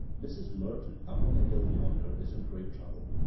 mrs. merton up on the hill yonder is in great trouble.